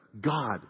God